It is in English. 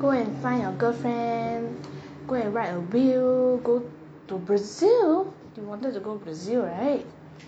go and find your girlfriend go an write a will go to brazil you wanted to go brazil right